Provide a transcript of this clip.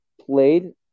played